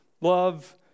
Love